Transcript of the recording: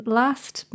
last